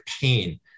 pain